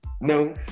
No